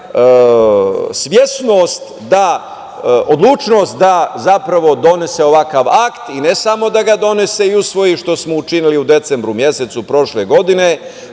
svesnost, odlučnost da zapravo donese ovakav akt, ne samo da ga donese i usvoji, što smo učinili u decembru mesecu prošle godine,